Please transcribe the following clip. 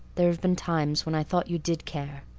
there have been times when i thought you did care.